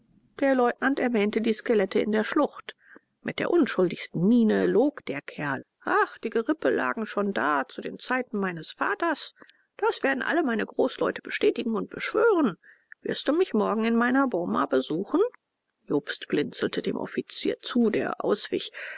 der leutnant erwähnte die skelette in der schlucht mit der unschuldigsten miene log der kerl ach die gerippe lagen schon da zu den zeiten meines vaters das werden alle meine großleute bestätigen und beschwören wirst du mich morgen in meiner boma besuchen jobst blinzelte dem offizier zu der auswich